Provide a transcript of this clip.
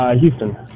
Houston